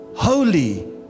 Holy